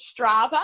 Strava